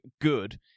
good